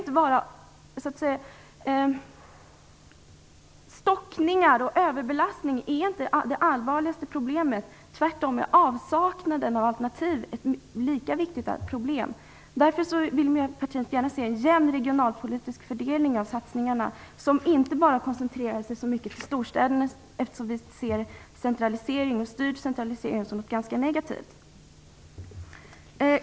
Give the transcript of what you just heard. Trafikstockningar och överbelastning är inte de allvarligaste problemen. Avsaknaden av alternativ är ett lika viktigt problem. Därför vill vi i Miljöpartiet se en jämn regionalpolitisk fördelning av satsningarna, så att inte satsningarna bara koncentreras till storstäderna. Vi ser nämligen styrd centralisering som något ganska negativt.